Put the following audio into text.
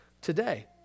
today